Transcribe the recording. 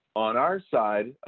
on our side,